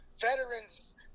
veterans